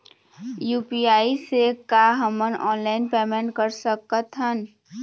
UPI से का हमन ऑनलाइन पेमेंट कर सकत हन?